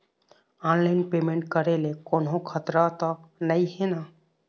Online payment करे ले कोन्हो खतरा त नई हे न?